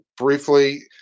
briefly